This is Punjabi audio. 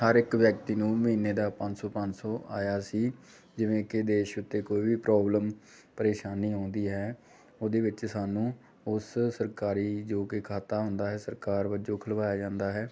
ਹਰ ਇੱਕ ਵਿਅਕਤੀ ਨੂੰ ਮਹੀਨੇ ਦਾ ਪੰਜ ਸੌ ਪੰਜ ਸੌ ਆਇਆ ਸੀ ਜਿਵੇਂ ਕਿ ਦੇਸ਼ ਉੱਤੇ ਕੋਈ ਵੀ ਪ੍ਰੋਬਲਮ ਪ੍ਰੇਸ਼ਾਨੀ ਆਉਂਦੀ ਹੈ ਉਹਦੇ ਵਿੱਚ ਸਾਨੂੰ ਉਸ ਸਰਕਾਰੀ ਜੋ ਕਿ ਖਾਤਾ ਹੁੰਦਾ ਹੈ ਸਰਕਾਰ ਵਜੋਂ ਖਲਵਾਇਆ ਜਾਂਦਾ ਹੈ